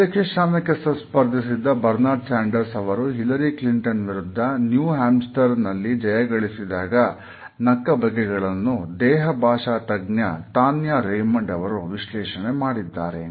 ಅಧ್ಯಕ್ಷ ಸ್ಥಾನಕ್ಕೆ ಸ್ಪರ್ಧಿಸಿದ್ದ ಬರ್ನಾರ್ಡ್ ಸ್ಯಾಂಡರ್ಸ್ ಅವರು ಹಿಲರಿ ಕ್ಲಿಂಟನ್ ವಿರುದ್ಧ ನ್ಯೂ ಹ್ಯಾಮ್ಸ್ಟರ್ ನಲ್ಲಿ ಜಯ ಗಳಿಸಿದಾಗ ನಕ್ಕ ಬಗೆಗಳನ್ನು ದೇಹ ಭಾಷಾ ತಜ್ಞ ತಾನ್ಯಾ ರೇಮಂಡ್ ಅವರು ವಿಶ್ಲೇಷಣೆ ಮಾಡಿದ್ದಾರೆ